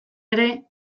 ere